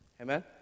Amen